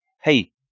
hey